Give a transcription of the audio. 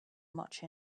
much